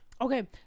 okay